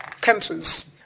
countries